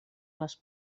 les